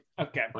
Okay